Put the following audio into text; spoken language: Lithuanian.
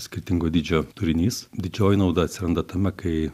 skirtingo dydžio turinys didžioji nauda atsiranda tame kai